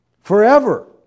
Forever